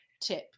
tip